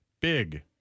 big